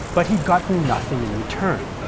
but had gotten nothing in return.